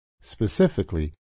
specifically